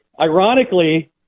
ironically